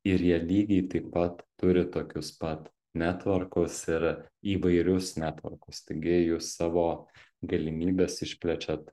ir jie lygiai taip pat turi tokius pat netvorkus ir įvairius netvorkus taigi jūs savo galimybes išplečiat